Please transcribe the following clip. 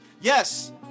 Yes